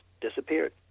disappeared